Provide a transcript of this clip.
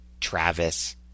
Travis